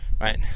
right